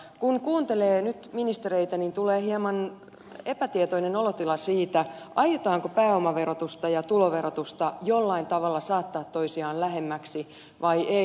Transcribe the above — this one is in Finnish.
kun kuuntelee nyt ministereitä niin tulee hieman epätietoinen olotila siitä aiotaanko pääomaverotusta ja tuloverotusta jollain tavalla saattaa toisiaan lähemmäksi vai ei